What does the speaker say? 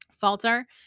falter